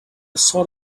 sort